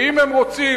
ואם הם רוצים,